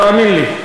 תאמין לי.